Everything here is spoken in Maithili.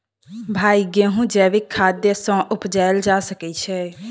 भाई गेंहूँ जैविक खाद सँ उपजाल जा सकै छैय?